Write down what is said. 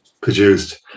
produced